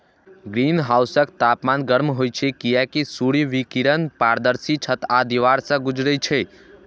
ग्रीनहाउसक तापमान गर्म होइ छै, कियैकि सूर्य विकिरण पारदर्शी छत आ दीवार सं गुजरै छै